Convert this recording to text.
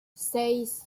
seis